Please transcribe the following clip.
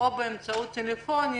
ובין התייעצות באמצעות טלפונים,